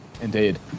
Indeed